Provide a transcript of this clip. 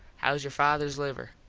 hows your fathers liver?